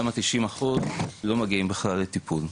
למה 90 אחוז לא מגיעים בכלל לטיפול.